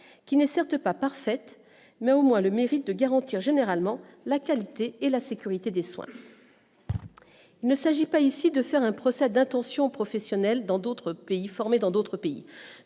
qui n'est certes pas parfaite, mais au moins le mérite de garantir généralement la qualité et la sécurité des soins. Il ne s'agit pas ici de faire un procès d'intention professionnels dans d'autres pays,